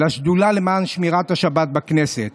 לשדולה למען שמירת השבת בכנסת,